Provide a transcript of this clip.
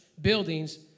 buildings